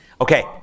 Okay